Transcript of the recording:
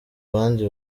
bandi